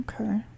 Okay